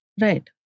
Right